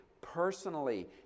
personally